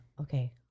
Okay